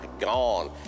gone